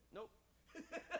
Nope